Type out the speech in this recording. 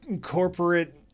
corporate